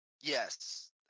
Yes